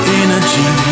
energy